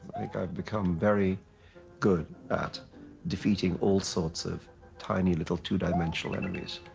i think i've become very good at defeating all sorts of tiny little two-dimensional enemies.